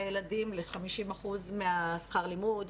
50% משכר לימוד,